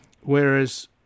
Whereas